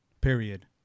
period